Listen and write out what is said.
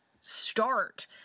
start